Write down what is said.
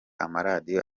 amaradiyo